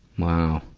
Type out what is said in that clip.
wow.